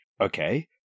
okay